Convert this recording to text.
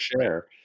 share